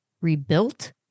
rebuilt